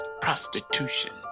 prostitution